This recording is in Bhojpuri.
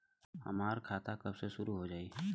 हमार खाता कब से शूरू हो जाई?